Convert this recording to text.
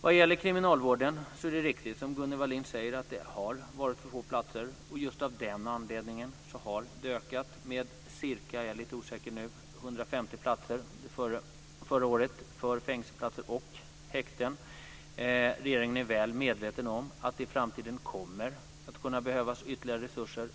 Vad gäller kriminalvården är det riktigt, som Gunnel Wallin säger, att det har varit för få platser. Just av den anledningen ökades antalet fängelse och häktesplatser med ca 150 förra året. Regeringen är väl medveten om att det i framtiden kommer att kunna behövas ytterligare resurser.